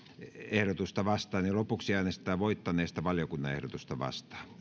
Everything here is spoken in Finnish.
ehdotusta vastaan lopuksi äänestetään voittaneesta valiokunnan ehdotusta vastaan